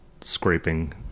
scraping